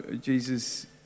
Jesus